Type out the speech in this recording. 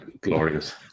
glorious